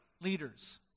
leaders